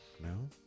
No